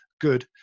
good